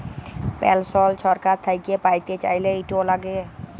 পেলসল ছরকার থ্যাইকে প্যাইতে চাইলে, ইট ল্যাগে